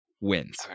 wins